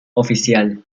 oficial